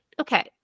okay